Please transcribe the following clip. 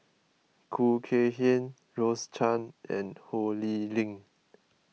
Khoo Kay Hian Rose Chan and Ho Lee Ling